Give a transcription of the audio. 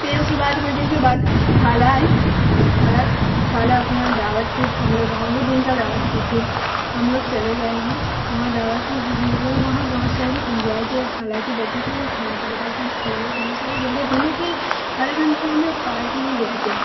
پھر اس کے بعد کچھ دن کے بعد خالہ آئی خالہ خالہ اپنے یہاں دعوت کی ہم لوگ وہاں وہ دن کا دعوت کی تھی ہم لوگ چلے گئے وہاں وہاں دعوت ہے ہم لوگ نے وہاں بہت ساری انجوائے کی خالہ کی بیٹی کے ساتھ خالہ کے بیٹا کے ساتھ کھیلے بہت ساری جگہ گھومے پھر خالہ کے یہاں سے ہم لوگ پارک بھی گئے تھے